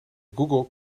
google